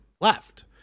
left